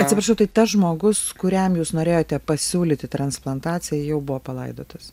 atsiprašau tai tas žmogus kuriam jūs norėjote pasiūlyti transplantacijai jau buvo palaidotas